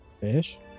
Fish